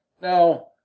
now